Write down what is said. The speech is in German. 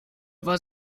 war